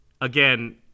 Again